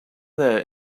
there